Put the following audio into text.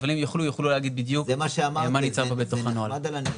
אבל הם יוכלו להגיד בדיוק מה נמצא בתוך הנוהל.